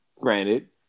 Granted